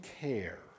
care